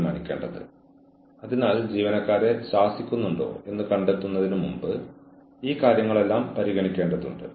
ചില സമയങ്ങളിൽ ജീവനക്കാർക്ക് അവർ ചെയ്യുന്നതെന്തും മെച്ചപ്പെടുത്താനുള്ള അവസരം നൽകേണ്ടതുണ്ട്